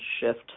shift